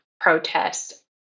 protest